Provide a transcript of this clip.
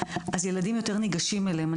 אז ילדים יותר ניגשים אליהם.